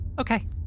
Okay